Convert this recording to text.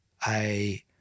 I-